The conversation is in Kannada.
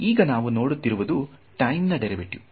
ಈಗ ನಾವು ನೋಡುತ್ತಿರುವುದು ಟೈಮ್ ನಾ ಡೇರಿವೆಟಿವ್